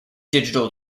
digital